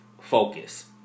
focus